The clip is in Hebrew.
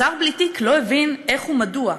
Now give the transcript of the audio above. השר בלי תיק לא הבין איך ומדוע,